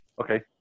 okay